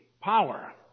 power